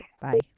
Bye